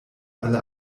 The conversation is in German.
alle